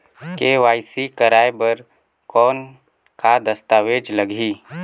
KYC कराय बर कौन का दस्तावेज लगही?